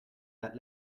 that